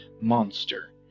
monster